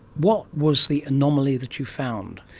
what was the anomaly that you found?